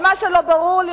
אבל מה שלא ברור לי,